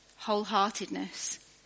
Wholeheartedness